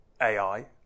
AI